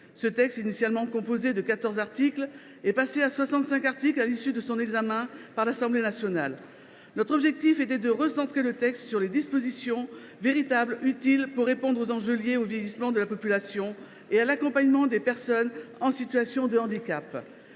Ce texte, initialement composé de quatorze articles, en comptait soixante cinq à l’issue de son examen par l’Assemblée nationale. Notre objectif a été de le recentrer sur les dispositifs véritablement utiles pour répondre aux enjeux liés au vieillissement de la population et à l’accompagnement des personnes en situation de handicap.